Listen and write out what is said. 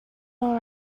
all